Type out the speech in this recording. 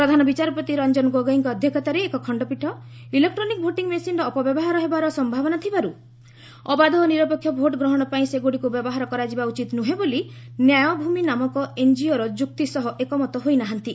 ପ୍ରଧାନ ବିଚାରପତି ରଞ୍ଜନ ଗୋଗୋଇଙ୍କ ଅଧ୍ୟକ୍ଷତାରେ ଏକ ଖଣ୍ଡପୀଠ ଇଲେକ୍ଟ୍ରୋନିକ୍ ଭୋଟିଂ ମିସିନ୍ର ଅପବ୍ୟବହାର ହେବାର ସମ୍ଭାବନା ଥିବାରୁ ଅବାଧ ଓ ନିରପେକ୍ଷ ଭୋଟ୍ଗ୍ରହଣ ପାଇଁ ସେଗୁଡ଼ିକୁ ବ୍ୟବହାର କରାଯିବା ଉଚିତ ନୁହେଁ ବୋଲି 'ନ୍ୟାୟଭୂମି' ନାମକ ଏନ୍କିଓର ଯୁକ୍ତି ସହ ଏକମତ ହୋଇ ନାହାନ୍ତି